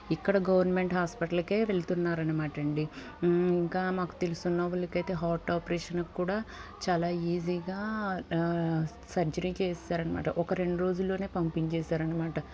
ఇక్కడ గవర్నమెంట్ హాస్పిటల్కే వెళ్తున్నారన్నమాట అండి ఇంకా మాకు తెలిసి ఉన్నవాళ్లకైతే హాట్ ఆపరేషన్కు కూడా చాలా ఈజీగా సర్జరీ చేసేసారు అనమాట ఒక రెండు రోజుల్లోనే పంపించేసారు అనమాట